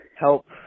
help